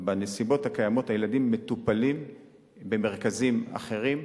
בנסיבות הקיימות, הילדים מטופלים במרכזים אחרים.